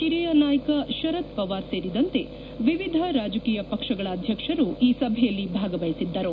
ಓರಿಯ ನಾಯಕ ಶರದ್ ಪವಾರ್ ಸೇರಿದಂತೆ ವಿವಿಧ ರಾಜಕೀಯ ಪಕ್ಷಗಳ ಅಧ್ಯಕ್ಷರು ಈ ಸಭೆಯಲ್ಲಿ ಭಾಗವಹಿಸಿದ್ದರು